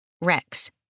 Rex